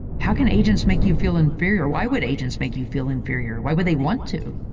how can agents make you feel inferior? why would agents make you feel inferior? why would they want to?